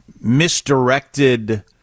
misdirected